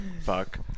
Fuck